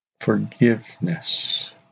forgiveness